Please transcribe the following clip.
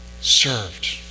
Served